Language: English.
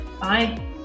Bye